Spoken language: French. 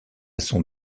son